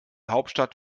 hauptstadt